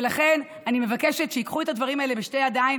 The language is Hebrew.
ולכן, אני מבקשת שייקחו את הדברים האלה בשתי ידיים